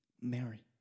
Mary